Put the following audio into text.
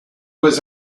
was